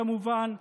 כמובן.